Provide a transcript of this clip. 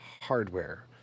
hardware